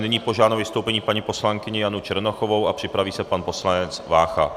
Nyní požádám o vystoupení paní poslankyni Janu Černochovou a připraví se pan poslanec Vácha.